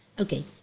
Okay